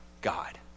God